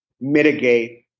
mitigate